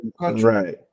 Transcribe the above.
right